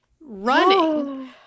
running